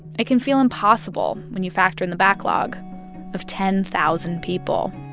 it can feel impossible when you factor in the backlog of ten thousand people.